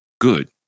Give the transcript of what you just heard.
good